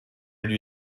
lui